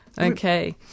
Okay